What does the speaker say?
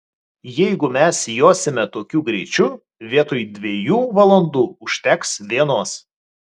jeigu mes josime tokiu greičiu vietoj dviejų valandų užteks vienos